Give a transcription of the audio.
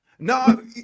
No